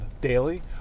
daily